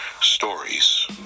stories